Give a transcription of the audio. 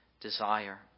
desire